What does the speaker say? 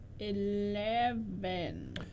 Eleven